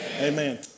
amen